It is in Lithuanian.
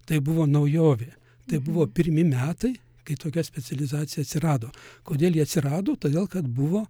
tai buvo naujovė tai buvo pirmi metai kai tokia specializacija atsirado kodėl ji atsirado todėl kad buvo